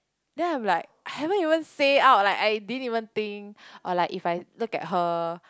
then I'm like I haven't even say out like I didn't even think or like if I look at her